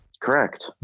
Correct